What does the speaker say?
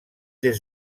des